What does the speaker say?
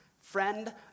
Friend